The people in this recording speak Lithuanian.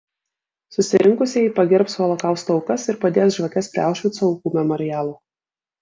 susirinkusieji pagerbs holokausto aukas ir padės žvakes prie aušvico aukų memorialo